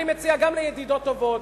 אני מציע גם לידידות טובות,